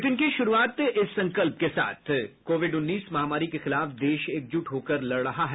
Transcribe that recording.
bulletin की शुरूआत इस संकल्प के साथ कोविड उन्नीस महामारी के खिलाफ देश एकजुट होकर लड़ रहा है